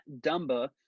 Dumba